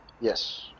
Yes